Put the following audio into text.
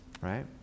right